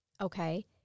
Okay